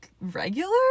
regular